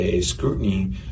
scrutiny